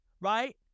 right